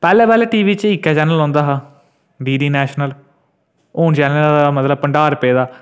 पैह्लें पैह्लें T V च इक्कै चैनल आंदा हा डी डी नेशनल हून चैनलें दा मतलब भंडार पेदा